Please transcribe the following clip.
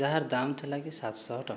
ଯାହାର୍ ଦାମ୍ ଥିଲାକି ସାତ ଶହ ଟଙ୍କା